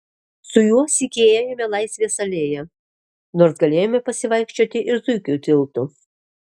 su juo sykį ėjome laisvės alėja nors galėjome pasivaikščioti ir zuikių tiltu